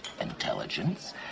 intelligence